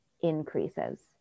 increases